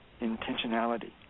intentionality